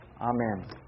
Amen